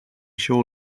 sure